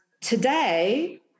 today